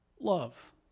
Love